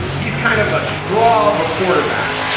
he's kind of a straw of a quarterback,